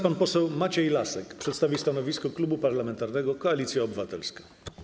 Pan poseł Maciej Lasek przedstawi stanowisko Klubu Parlamentarnego Koalicja Obywatelska.